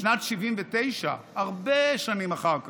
בשנת 1979, הרבה שנים אחר כך,